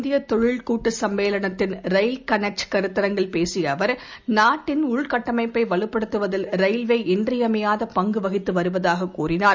இந்திய தொழில் கூட்டு சம்மேளனத்தின் ரயில் கனெக்ட் கருத்தரங்கில் பேசிய அவர் நாட்டின் உள்கட்டப்பை வலுப்படுத்துவதில் ரயில்வே இன்றியமையாத பங்கு வகித்து வருவதாக கூறினார்